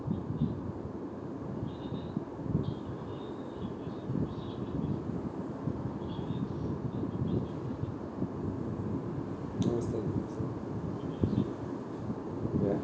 ya